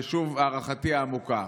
ושוב, הערכתי העמוקה.